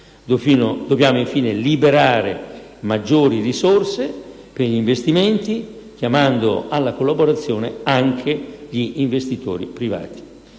Dobbiamo - infine - liberare maggiori risorse per investimenti, chiamando alla collaborazione anche gli investitori privati.